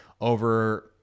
over